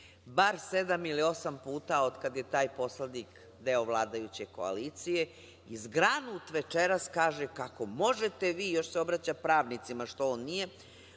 bar sedam ili osam puta otkada je taj poslanik deo vladajuće koalicije i zgranut večeras kaže – kako možete vi, još se obraća pravnicima, što on nije,